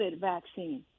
vaccine